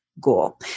goal